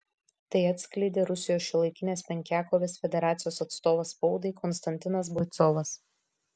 tai atskleidė rusijos šiuolaikinės penkiakovės federacijos atstovas spaudai konstantinas boicovas